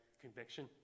conviction